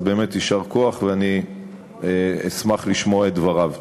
אז באמת, יישר כוח, ואני אשמח לשמוע את דבריו.